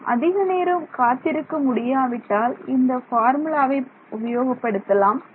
நாம் அதிக நேரம் காத்திருக்க முடியாவிட்டால் இந்த பார்முலாவை உபயோகப்படுத்தலாம்